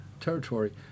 territory